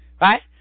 Right